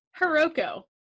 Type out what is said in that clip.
Hiroko